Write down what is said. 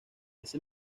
ese